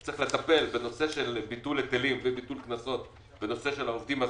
צריך לטפל בנושא של ביטול היטלים וביטול קנסות לגבי העובדים הזרים,